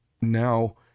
now